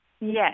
Yes